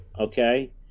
Okay